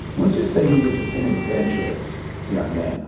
let's just say he was an adventurous young man